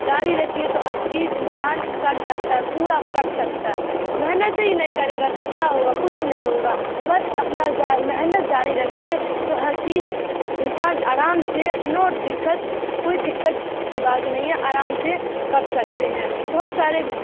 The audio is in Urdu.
جاری رکھیے تو ہر چیز انسان کر سکتا ہے پورا کر سکتا ہے محنت ہی نہیں کریگا تو کیا ہوگا کچھ نہیں ہوگا بس اپنا محنت زاری رکھیے تو ہر چیج انسان آرام سے نو دکت کوئی دقت کی بات نہیں ہے آرام سے کر سکتے ہیں بہت سارے